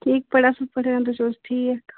ٹھیٖک پٲٹھۍ اَصٕل پٲٹھۍ تُہۍ چھُو حظ ٹھیٖک